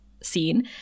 scene